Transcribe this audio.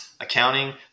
accounting